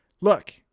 look